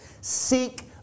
Seek